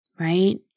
Right